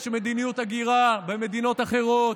יש מדיניות הגירה במדינות אחרות,